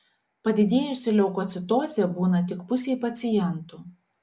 padidėjusi leukocitozė būna tik pusei pacientų